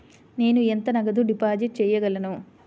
నేను ఎంత నగదు డిపాజిట్ చేయగలను?